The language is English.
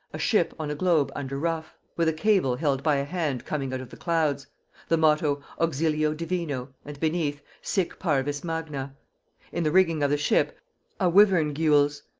a ship on a globe under ruff, with a cable held by a hand coming out of the clouds the motto auxilio divino, and beneath, sic parvis magna in the rigging of the ship a wivern gules,